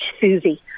Susie